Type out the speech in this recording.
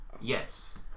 Yes